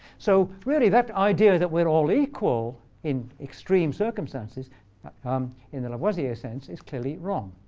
so really, that idea that we're all equal in extreme circumstances but um in the lavoisier sense is clearly wrong.